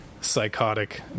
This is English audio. psychotic